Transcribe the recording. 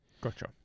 Gotcha